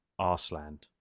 Arsland